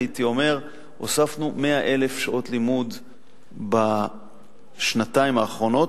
הייתי אומר שהוספנו 100,000 שעות לימוד בשנתיים האחרונות,